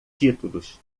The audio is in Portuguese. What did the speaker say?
títulos